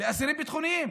לבין אסירים ביטחוניים.